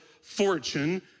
fortune